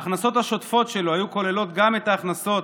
ההכנסות השוטפות שלו היו כוללות גם את ההכנסות